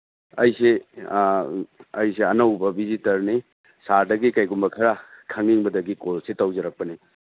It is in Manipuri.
ꯑꯩꯁꯤ ꯑꯩꯁꯦ ꯑꯅꯧꯕ ꯚꯤꯖꯤꯇꯔꯅꯤ ꯁꯥꯔꯗꯒꯤ ꯀꯩꯒꯨꯝꯕ ꯈꯔ ꯈꯪꯅꯤꯡꯕꯗꯒꯤ ꯀꯣꯜꯁꯤ ꯇꯧꯖꯔꯛꯄꯅꯤ